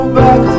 back